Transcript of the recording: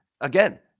again